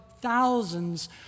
thousands